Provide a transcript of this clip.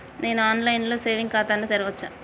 నేను online లో saving ఖాతా ను తెరవచ్చా?